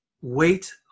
wait